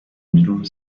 blue